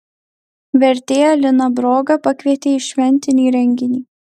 vertėją liną brogą pakvietė į šventinį renginį